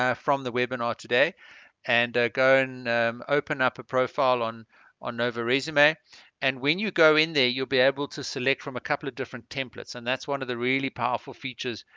ah from the webinar today and go and open up a profile on on nova resume and when you go in there you'll be able to select from a couple of different templates and that's one of the really powerful features